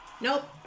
Nope